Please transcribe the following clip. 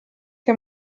che